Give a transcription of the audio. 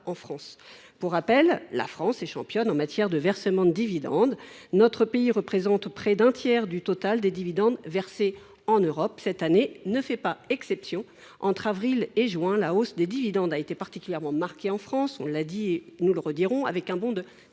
en France. Pour rappel, la France est championne en matière de versement de dividendes. Notre pays représente près d’un tiers du total des dividendes versés en Europe. Cette année ne fait pas exception : entre avril et juin, la hausse des dividendes a été particulièrement marquée en France, avec un bond de